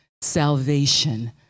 salvation